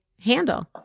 handle